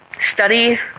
study